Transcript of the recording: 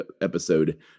episode